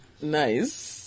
nice